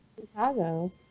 Chicago